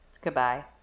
Goodbye